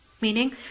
Meaning